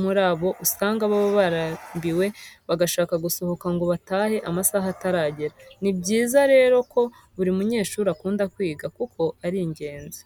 muri bo usanga baba barambiwe bashyaka gusohoka ngo batahe amasaha ataragera. Ni byiza rero ko buri munyeshuri akunda kwiga kuko ari ingenzi.